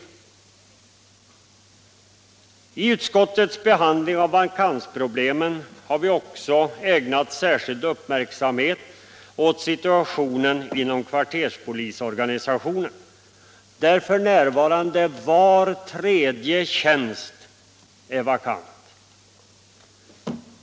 Vid utskottets behandling av vakansproblemen har vi också ägnat särskild uppmärksamhet åt situationen inom kvarterspolisorganisationen, där f. n. var tredje tjänst är vakant.